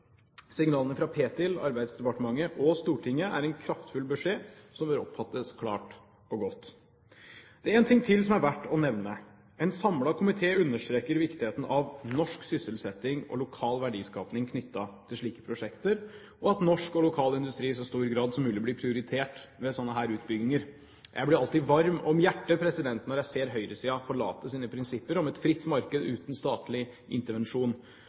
Signalene fra Petroleumstilsynet, Arbeidsdepartementet og Stortinget er en kraftfull beskjed, som bør oppfattes klart og godt. Det er én ting til som er verdt å nevne. En samlet komité understreker viktigheten av norsk sysselsetting og lokal verdiskapning knyttet til slike prosjekter, og at norsk og lokal industri i så stor grad som mulig blir prioritert ved slike utbygginger. Jeg blir alltid varm om hjertet når jeg ser høyresiden forlate sine prinsipper om et fritt marked uten statlig intervensjon.